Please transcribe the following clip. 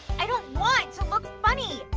i don't want to look funny.